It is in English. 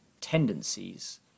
tendencies